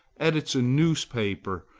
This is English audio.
edits a newspaper,